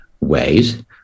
ways